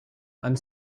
and